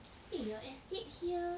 eh your estate here